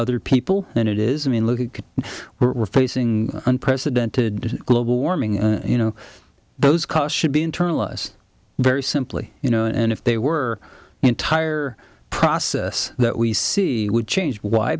other people and it is i mean look at we're facing unprecedented global warming and you know those costs should be internalized very simply you know and if they were in tire process that we see would change why